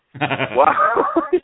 Wow